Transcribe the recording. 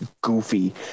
goofy